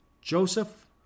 Joseph